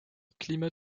climat